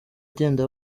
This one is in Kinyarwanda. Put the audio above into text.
agenda